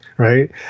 right